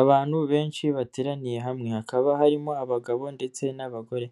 Abantu benshi bateraniye hamwe hakaba harimo abagabo ndetse n'abagore,